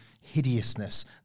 hideousness